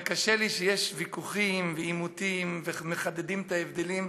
וקשה כשיש ויכוחים ועימותים ומחדדים את ההבדלים.